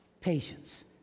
patience